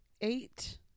eight